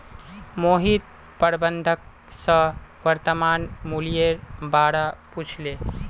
मोहित प्रबंधक स वर्तमान मूलयेर बा र पूछले